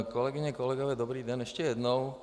Kolegyně, kolegové, dobrý den ještě jednou.